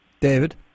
David